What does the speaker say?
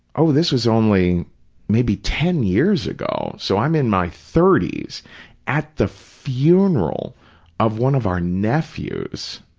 oh, this was only maybe ten years ago, so i'm in my thirty s at the funeral of one of our nephews,